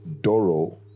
doro